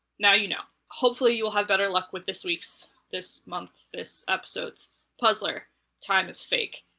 now you know. hopefully you will have better luck with this week's this month this episode's puzzler time is fake.